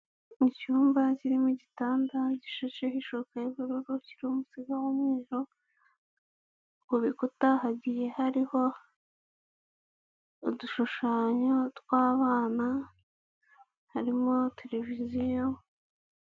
Mu cyumba kirimo igitanda gishasheho ishuka y'ubururu kiriho umusego w'umweru, ku bikuta hagiye hariho udushushanyo tw'abana, harimo televiziyo,...